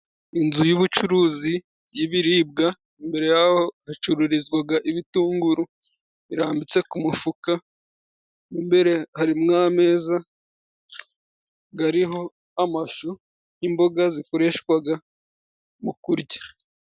Inzu y'ubucuruzi y'ibiribwa ,imbere yaho hacururizwaga ibitunguru birambitse ku mufuka ,mwimbere harimwo ameza gariho amashu n'imboga zikoreshwaga mu kurya.